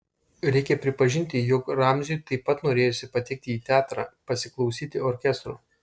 reikia pripažinti jog ramziui taip pat norėjosi patekti į teatrą pasiklausyti orkestro